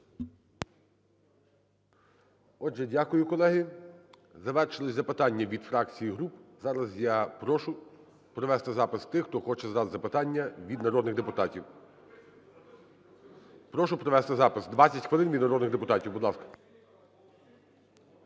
дякую, колеги. Завершились запитання від фракцій і груп. Зараз я прошу провести запис тих, хто хоче задати запитання від народних депутатів. Прошу провести запис, 20 хвилин від народних депутатів, будь ласка.